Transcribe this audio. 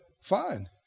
fine